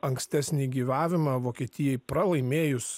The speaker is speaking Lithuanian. ankstesnį gyvavimą vokietijai pralaimėjus